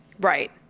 Right